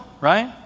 right